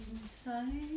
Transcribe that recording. inside